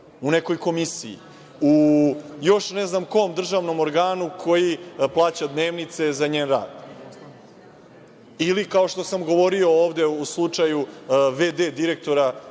u nekoj komisiji, u još ne znam kom državnom organu koji plaća dnevnice za njen rad ili kao što sam govorio ovde u slučaju v.d. direktora